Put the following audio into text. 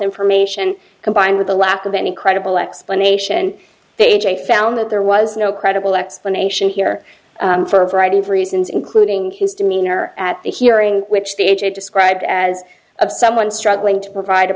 information combined with the lack of any credible explanation they found that there was no credible explanation here for a variety of reasons including his demeanor at the hearing which the age it described as of someone struggling to provide a